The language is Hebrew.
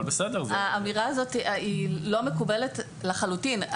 האמירה הזאת היא לא מקובלת לחלוטין.